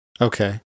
Okay